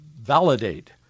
validate